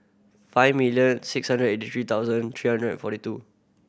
five million six hundred eighty three thousand three hundred and forty two